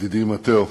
ידידי מתאו,